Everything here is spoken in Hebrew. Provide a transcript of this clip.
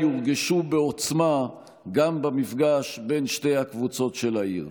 יורגשו בעוצמה גם במפגש בין שתי הקבוצות של העיר.